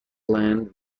land